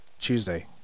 Tuesday